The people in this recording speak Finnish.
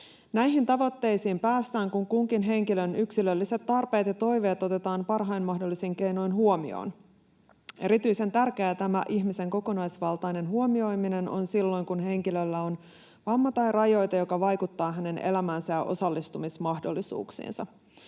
Näihin tavoitteisiin päästään, kun kunkin henkilön yksilölliset tarpeet ja toiveet otetaan parhain mahdollisin keinoin huomioon. Erityisen tärkeää tämä ihmisen kokonaisvaltainen huomioiminen on silloin, kun henkilöllä on vamma tai rajoite, joka vaikuttaa hänen elämäänsä ja osallistumismahdollisuuksiinsa.